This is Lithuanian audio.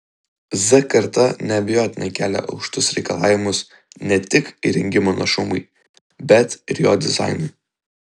z karta neabejotinai kelia aukštus reikalavimus ne tik įrenginio našumui bet ir jo dizainui